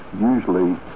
usually